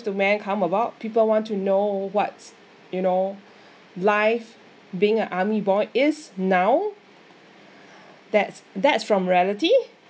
to men come about people want to know what's you know life being a army boy is now that's that's from reality